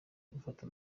gufata